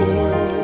Lord